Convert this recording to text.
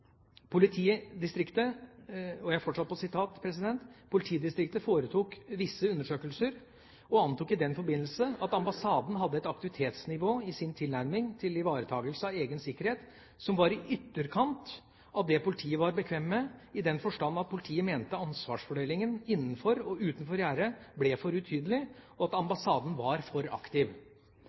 visse undersøkelser, og antok i denne forbindelse at ambassaden hadde et aktivitetsnivå i sin tilnærming til ivaretakelse av egen sikkerhet som var i ytterkant av det politiet var bekvem med, i den forstand at politiet mente ansvarsfordelingen «innenfor» og «utenfor» gjerdet ble for utydelig, og at ambassaden var for aktiv.